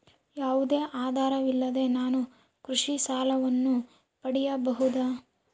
ಯಾವುದೇ ಆಧಾರವಿಲ್ಲದೆ ನಾನು ಕೃಷಿ ಸಾಲವನ್ನು ಪಡೆಯಬಹುದಾ?